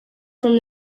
from